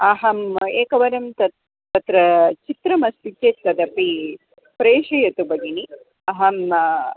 अहम् एकवारं तत् तत्र चित्रमस्ति चेत् तदपि प्रेषयतु भगिनि अहम्